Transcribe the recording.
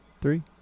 Three